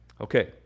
Okay